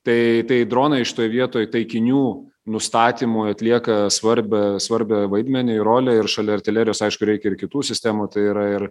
tai tai dronai šitoj vietoj taikinių nustatymui atlieka svarbią svarbią vaidmeniui rolę ir šalia artilerijos aišku reikia ir kitų sistemų tai yra ir